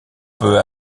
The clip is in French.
peut